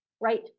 right